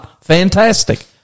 Fantastic